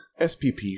spp